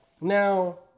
Now